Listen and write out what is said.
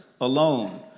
alone